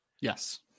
yes